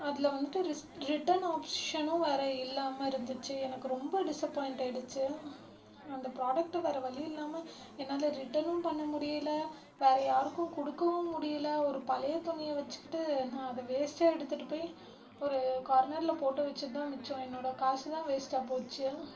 அதில் வந்துட்டு ரிஸ் ரிட்டன் ஆப்ஷ்ஷனும் வேறு இல்லாமல் இருந்துச்சு எனக்கு ரொம்ப டிஸ்ஸப்பாய்ண்டாய்ட்டுச்சு அந்த ப்ராடக்ட்டை வேறு வழியில்லாமல் என்னால் ரிட்டனு பண்ண முடியிலை வேறு யாருக்கு கொடுக்கவும் முடியிலை ஒரு பழைய துணியை வச்சுக்கிட்டு அது வேஸ்ட்டாக எடுத்துகிட்டு போய் ஒரு கார்னரில் போட்டு வச்சுட்டுதான் மிச்சம் என்னோட காசு தான் வேஸ்ட்டாக போச்சு